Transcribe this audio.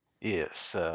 Yes